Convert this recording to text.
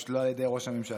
פשוט לא על ידי ראש הממשלה.